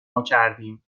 ماکردیم